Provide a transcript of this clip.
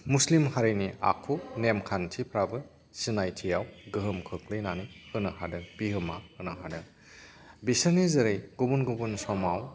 मुस्लिम हारिनो आखु नेमखान्थिफ्राबो सिनायथियाव गोहोम खोख्लैनानै होनो हादों बिहोमा होनो हादों बिसोरनि जेरै गुबुन गुबुन समाव